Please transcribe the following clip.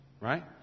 right